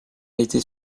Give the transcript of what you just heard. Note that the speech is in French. été